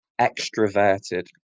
extroverted